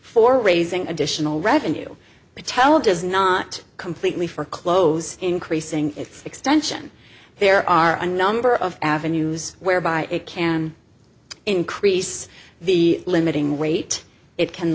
for raising additional revenue patella does not completely for close increasing its extension there are a number of avenues whereby it can increase the limiting rate it can